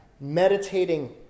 meditating